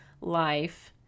life